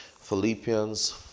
Philippians